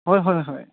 হয় হয় হয়